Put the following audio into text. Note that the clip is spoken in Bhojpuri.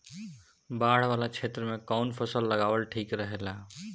बाढ़ वाला क्षेत्र में कउन फसल लगावल ठिक रहेला?